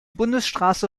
bundesstraße